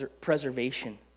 preservation